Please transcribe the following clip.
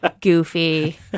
Goofy